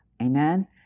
Amen